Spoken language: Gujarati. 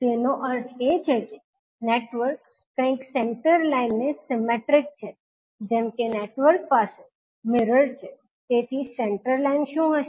તેનો અર્થ એ છે કે નેટવર્ક કઇંક સેંટર લાઇન ને સિમેટ્રીક છે જેમ કે નેટવર્ક પાસે મિરર છે તેથી સેંટર લાઇન શું હશે